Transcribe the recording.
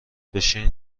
بشین